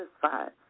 satisfied